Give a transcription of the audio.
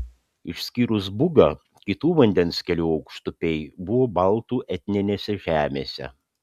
išskyrus bugą kitų vandens kelių aukštupiai buvo baltų etninėse žemėse